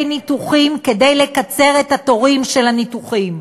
ניתוחים כדי לקצר את התורים לניתוחים.